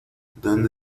dónde